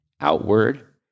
outward